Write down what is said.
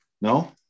No